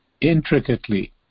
intricately